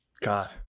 God